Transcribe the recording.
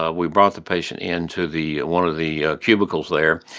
ah we brought the patient into the one of the cubicles there.